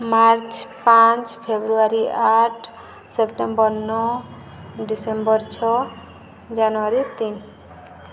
March ପାଞ୍ଚ ଫେବୃଆରୀ ଆଠ ସେପ୍ଟେମ୍ବର ନଅ ଡ଼ିସେମ୍ବର ଛଅ ଜାନୁଆରୀ ତିନି